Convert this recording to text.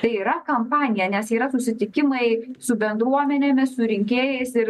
tai yra kampanija nes yra susitikimai su bendruomenėmis su rinkėjais ir